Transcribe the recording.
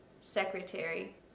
secretary